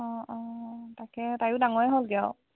অঁ অঁ তাকে তায়ো ডাঙৰে হ'লগে আৰু